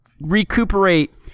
recuperate